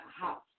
house